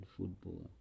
football